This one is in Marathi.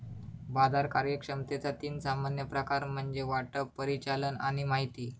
बाजार कार्यक्षमतेचा तीन सामान्य प्रकार म्हणजे वाटप, परिचालन आणि माहिती